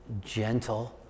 gentle